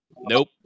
nope